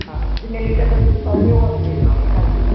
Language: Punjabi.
ਹਾਂ ਜਿੰਨੇ ਲੀਟਰ ਦਾ ਤੁਸੀਂ ਕਹੋਗੇ ਉਹ ਅਸੀਂ ਦੇ ਦੇਵਾਂਗੇ ਹਾਂਜੀ